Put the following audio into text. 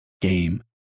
game